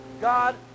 god